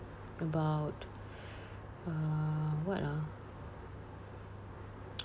about uh what ah